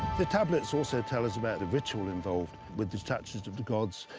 the tablets also tell us about the ritual involved with the statues of the gods.